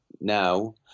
now